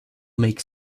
make